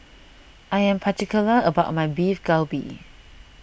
I am particular about my Beef Galbi